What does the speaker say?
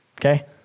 Okay